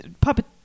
puppet